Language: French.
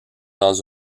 dans